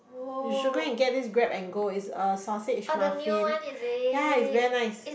you should go and get this Grab and Go it's uh sausage muffin ya it's very nice